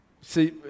See